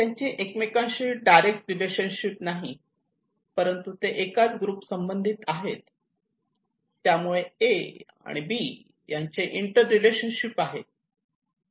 त्यांची एकमेकांशी direct relationship नाही परंतु ते एकाच ग्रुप संबंधित आहे त्यामुळे ए आणि बी यांचे इंटर रिलेशनशिप आहे